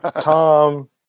Tom